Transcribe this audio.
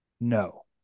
No